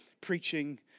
preaching